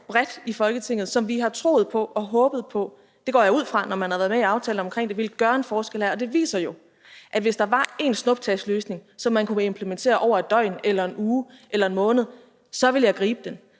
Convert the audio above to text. bredt i Folketinget, og som vi har troet på og håbet på – det går jeg ud fra, når man har været med i aftalen omkring det – ville gøre en forskel her. Og det viser jo, at hvis der var én snuptagsløsning, som man kunne implementere over et døgn eller en uge eller måned, så ville jeg gribe den.